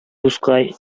дускай